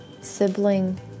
Sibling